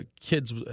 kids